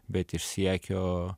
bet iš siekio